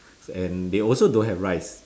so and they also don't have rice